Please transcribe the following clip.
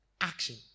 action